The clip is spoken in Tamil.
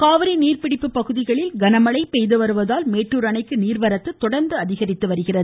மேட்டுர் காவிரி நீர்பிடிப்பு பகுதிகளில் மழை பெய்துவருவதால் மேட்டுர் அணைக்கு நீர்வரத்து தொடர்ந்து அதிகரித்து வருகிறது